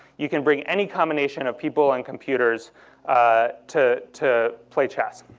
you can bring any combination of people and computers to to play chess.